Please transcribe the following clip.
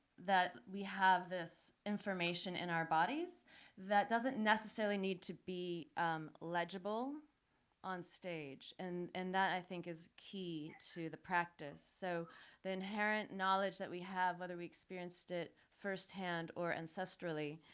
that we have this information in our bodies that doesn't necessarily need to be legible on stage. and and that, i think, is key to the practice. so the inherent knowledge that we have, whether we experienced it firsthand or ancestrally,